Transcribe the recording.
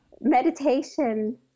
meditation